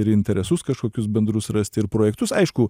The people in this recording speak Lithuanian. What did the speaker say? ir interesus kažkokius bendrus rasti ir projektus aišku